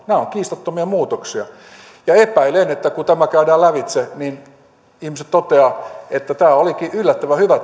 nämä ovat kiistattomia muutoksia epäilen että kun tämä käydään lävitse niin ihmiset toteavat että vanha järjestelmä olikin yllättävän hyvä